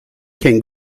can